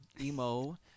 emo